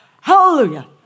hallelujah